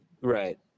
Right